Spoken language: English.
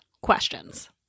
questions